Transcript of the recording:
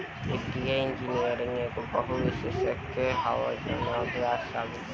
वित्तीय इंजीनियरिंग एगो बहु विषयक क्षेत्र ह जवना में प्रोग्रामिंग अभ्यास शामिल बा